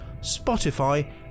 Spotify